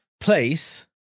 Place